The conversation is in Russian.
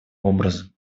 образом